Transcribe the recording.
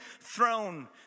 throne